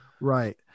Right